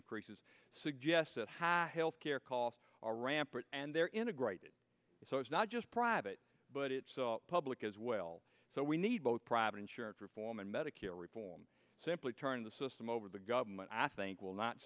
increases suggest health care costs are rampant and they're integrated so it's not just private but it's public as well so we need both private insurance reform and medicare reform simply turn the system over the government i think will not